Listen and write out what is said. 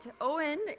Owen